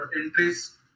entries